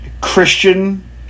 Christian